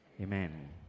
Amen